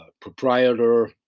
proprietor